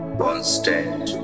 constant